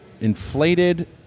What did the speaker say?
inflated